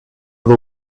the